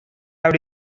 have